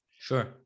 Sure